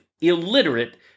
illiterate